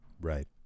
Right